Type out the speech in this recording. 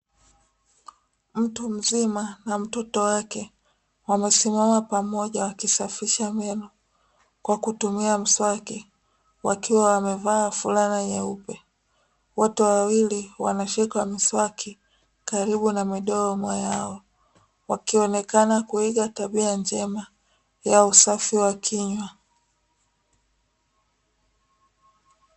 Mtu mzima na mtoto wake wamesimama pamoja wakisafisha meno kwa kutumia mswaki, wakiwa wamevaa fulana nyeupe wote wawili wanashika miswaki karibu na midomo, yao wakionekana kuiga tabia njema ya usafi wa kinywa.